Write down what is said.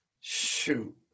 Shoot